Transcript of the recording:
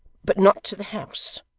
but not to the house.